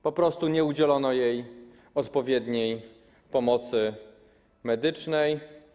Po prostu nie udzielono jej odpowiedniej pomocy medycznej.